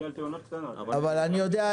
אני יודע,